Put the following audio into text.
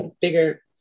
bigger